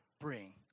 bring